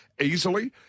easily